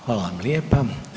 Hvala vam lijepa.